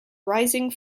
rising